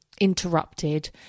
interrupted